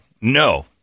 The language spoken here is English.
No